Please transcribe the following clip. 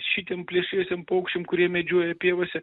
šitiem plėšriesiem paukščiam kurie medžioja pievose